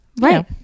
Right